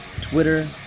Twitter